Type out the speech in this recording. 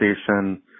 station